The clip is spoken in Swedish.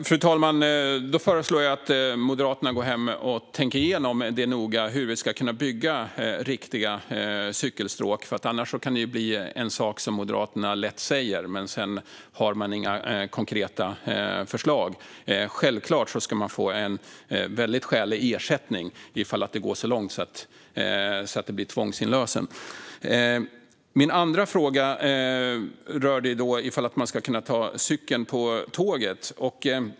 Fru talman! Då föreslår jag att Moderaterna går hem och noga tänker igenom hur man ska kunna bygga riktiga cykelstråk, för annars kan det bli en sak som Moderaterna lätt säger utan att ha några konkreta förslag. Självklart ska man få en väldigt skälig ersättning ifall det går så långt som till tvångsinlösen. Min andra frågar rörde om man ska kunna ta med cykeln på tåget.